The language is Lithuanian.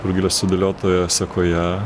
rugilės sudėliotoje sekoje